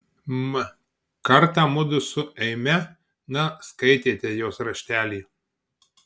mm kartą mudu su eime na skaitėte jos raštelį